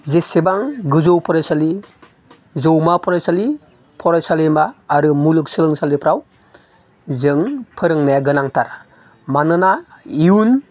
जेसेबां गोजौ फरायसालि जौमा फरायसालि फरायसालिमा आरो मुलुग सोलोंसालिफ्राव जों फोरोंनाया गोनांथार मानोना इयुन